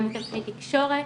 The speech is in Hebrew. גם מתווכי תקשורת,